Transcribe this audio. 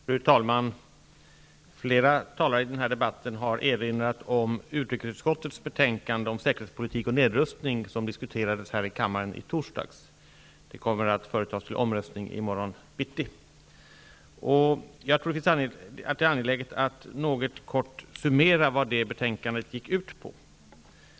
Fru talman! Flera talare i den här debatten har erinrat om utrikesutskottets betänkande om säkerhetspolitik och nedrustning, som diskuterades här i kammaren i torsdags. Det kommer att företas till omröstning i morgon bitti. Jag tror att det är angeläget att kort summera vad det betänkandet gick ut på.